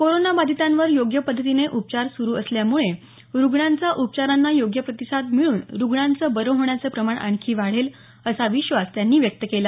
कोरोनाबाधितांवर योग्य पद्धतीने उपचार सुरू असल्यामुळे रुग्णांचा उपचारांना योग्य प्रतिसाद मिळून रुग्णांचं बरं होण्याचं प्रमाण आणखी वाढेल असा विश्वास त्यांनी व्यक्त केला